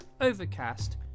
Overcast